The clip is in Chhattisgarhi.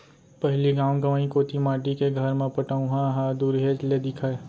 पहिली गॉव गँवई कोती माटी के घर म पटउहॉं ह दुरिहेच ले दिखय